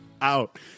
out